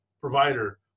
provider